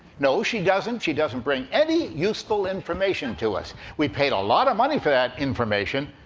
no, she doesn't. she doesn't bring any useful information to us. we paid a lot of money for that information,